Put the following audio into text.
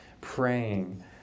praying